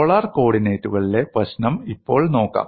polar കോ ഓർഡിനേറ്റുകളിലെ പ്രശ്നം ഇപ്പോൾ നോക്കാം